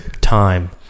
time